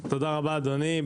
תודה רבה אדוני.